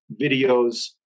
videos